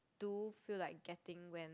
do feel like getting when